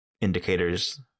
indicators